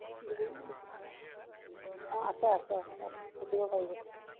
অঁ আছে আছে আছে তাত থাকিব পাৰিব